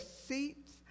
seats